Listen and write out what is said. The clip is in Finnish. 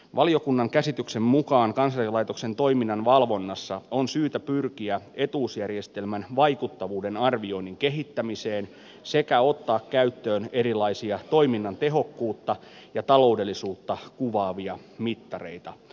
valiokunnan käsityksen mukaan kansaneläkelaitoksen toiminnan valvonnassa on syytä pyrkiä etuusjärjestelmän vaikuttavuuden arvioinnin kehittämiseen sekä ottaa käyttöön erilaisia toiminnan tehokkuutta ja taloudellisuutta kuvaavia mittareita